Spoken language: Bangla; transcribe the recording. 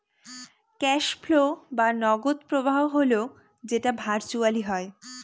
ক্যাস ফ্লো বা নগদ প্রবাহ হল যেটা ভার্চুয়ালি হয়